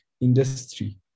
industry